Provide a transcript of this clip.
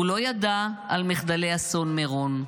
הוא לא ידע על מחדלי אסון מירון,